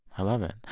i love it.